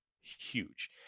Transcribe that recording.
huge